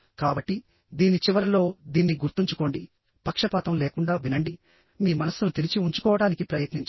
కాబట్టి దీని చివరలోదీన్ని గుర్తుంచుకోండి పక్షపాతం లేకుండా వినండి మీ మనస్సును తెరిచి ఉంచుకోవడానికి ప్రయత్నించండి